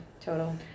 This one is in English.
total